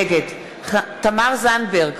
נגד תמר זנדברג,